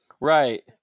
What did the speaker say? Right